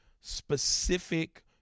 specific